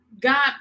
God